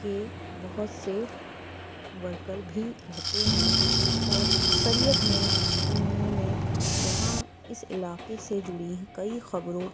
کے بہت سے ورکر بھی رہتے ہیں اور اكثریت میں اُنہوں نے یہاں اِس علاقے سے جُڑی كئی خبروں